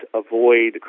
avoid